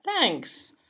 Thanks